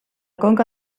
conca